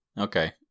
Okay